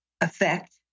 effect